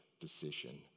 decision